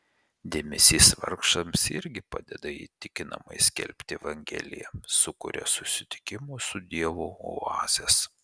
dėmesys vargšams irgi padeda įtikinamai skelbti evangeliją sukuria susitikimo su dievu oazes